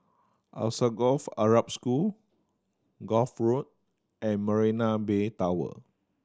Alsagoff Arab School Gul Road and Marina Bay Tower